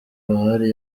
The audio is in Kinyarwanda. buhari